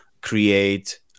create